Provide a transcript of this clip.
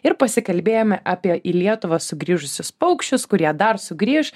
ir pasikalbėjome apie į lietuvą sugrįžusius paukščius kurie dar sugrįš